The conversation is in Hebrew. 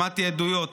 שמעתי עדויות,